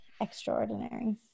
extraordinary